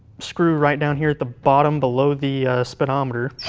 screw right down here at the bottom below the speedometer.